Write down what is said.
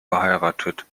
geheiratet